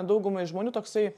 daugumai žmonių toksai